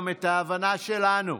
גם את ההבנה שלנו,